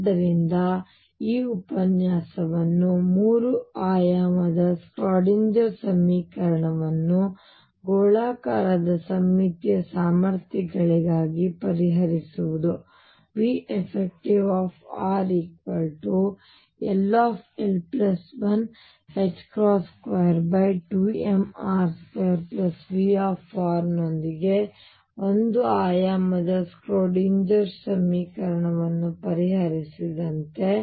ಆದ್ದರಿಂದ ಈ ಉಪನ್ಯಾಸವನ್ನು 3 ಆಯಾಮದ ಶ್ರೋಡಿಂಗರ್Schrödinger ಸಮೀಕರಣವನ್ನು ಗೋಳಾಕಾರದ ಸಮ್ಮಿತೀಯ ಸಾಮರ್ಥ್ಯಗಳಿಗಾಗಿ ಪರಿಹರಿಸುವುದು veffrll122mr2V ನೊಂದಿಗೆ ಒಂದು ಆಯಾಮದ ಶ್ರೋಡಿಂಗರ್Schrödinger ಸಮೀಕರಣವನ್ನು ಪರಿಹರಿಸಿದಂತೆ